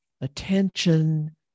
attention